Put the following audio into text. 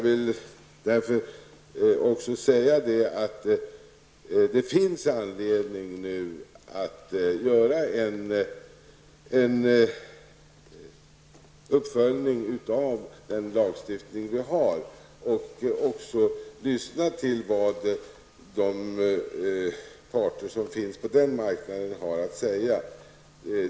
Det finns därför nu anledning att göra en uppföljning av den lagstiftning vi har och då lyssna till vad de parter som finns på den marknaden har att säga.